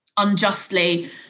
unjustly